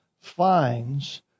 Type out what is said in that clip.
finds